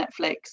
Netflix